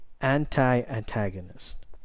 anti-antagonist